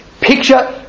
picture